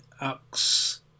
ux